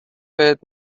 بهت